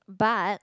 but